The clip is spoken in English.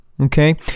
Okay